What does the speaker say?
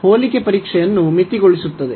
ಹೋಲಿಕೆ ಪರೀಕ್ಷೆಯನ್ನು ಮಿತಿಗೊಳಿಸುತ್ತದೆ